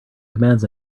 commands